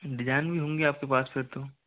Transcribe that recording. design भी होंगे आपके पास फिर तो